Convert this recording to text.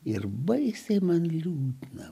ir baisiai man liūdna